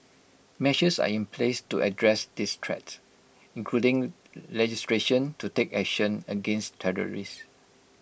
measures are in place to address this threat including legislation to take action against terrorists